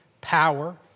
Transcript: power